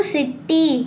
City